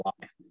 life